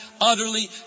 utterly